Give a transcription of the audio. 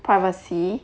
privacy